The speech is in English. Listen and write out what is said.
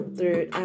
third